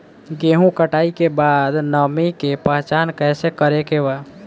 गेहूं कटाई के बाद नमी के पहचान कैसे करेके बा?